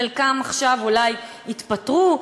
חלקם עכשיו אולי יתפטרו,